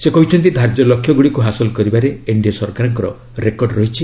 ସେ କହିଛନ୍ତି ଧାର୍ଯ୍ୟ ଲକ୍ଷ୍ୟଗୁଡ଼ିକୁ ହାସଲ କରିବାରେ ଏନ୍ଡିଏ ସରକାରଙ୍କର ରେକର୍ଡ ରହିଛି